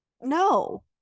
no